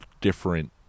different